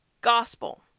gospel